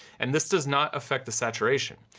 and this does not affect the saturation.